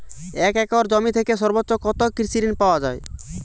এক একর জমি থেকে সর্বোচ্চ কত কৃষিঋণ পাওয়া য়ায়?